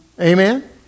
Amen